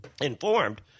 informed